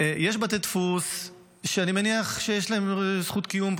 יש בתי דפוס שאני מניח שיש להם זכות קיום.